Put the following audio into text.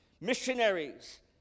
Missionaries